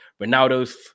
Ronaldo's